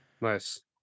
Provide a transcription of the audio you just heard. Nice